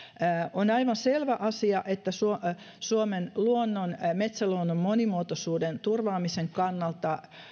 on aivan selvä asia että suomen suomen metsäluonnon monimuotoisuuden turvaamisen kannalta